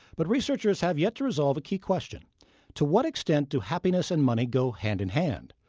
but researchers have yet to resolve a key question to what extent do happiness and money go hand in hand?